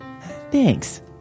Thanks